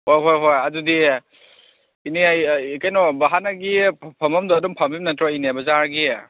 ꯑꯥ ꯍꯣꯏ ꯍꯣꯏ ꯑꯗꯨꯗꯤ ꯏꯅꯦ ꯑꯩ ꯀꯩꯅꯣ ꯍꯥꯟꯅꯒꯤ ꯐꯝꯐꯝꯗ ꯑꯗꯨꯝ ꯐꯝꯃꯤꯕ ꯅꯠꯇ꯭ꯔꯣ ꯏꯅꯦ ꯕꯖꯥꯔꯒꯤ